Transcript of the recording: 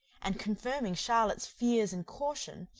and confirming charlotte's fears and caution,